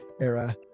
era